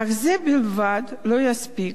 אך זה בלבד לא יספיק.